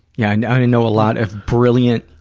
yeah. i and and know a lot of brilliant,